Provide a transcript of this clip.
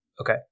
Okay